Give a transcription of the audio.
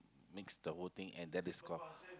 mixed the whole thing and that is called